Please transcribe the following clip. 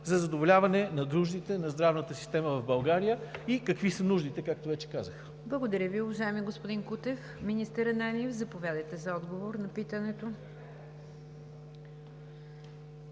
за задоволяване на нуждите на здравната система в България и какви са нуждите, както вече казах? ПРЕДСЕДАТЕЛ НИГЯР ДЖАФЕР: Благодаря Ви, уважаеми господин Кутев. Министър Ананиев, заповядайте за отговор на питането.